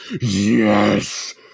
Yes